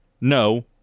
No